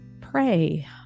pray